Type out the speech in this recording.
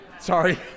Sorry